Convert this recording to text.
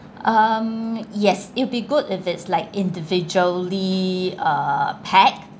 um yes it'll be good if it's like individually uh packed